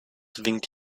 winkt